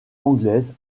anglaise